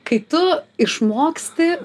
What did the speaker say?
kai tu išmoksti